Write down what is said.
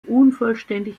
unvollständig